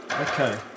Okay